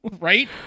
Right